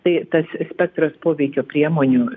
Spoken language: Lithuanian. tai tas spektras poveikio priemonių